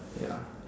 ya